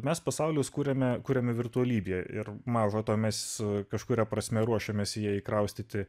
mes pasaulis kuriame kuriami virtualybė ir maža to mes kažkuria prasme ruošiamės jai kraustyti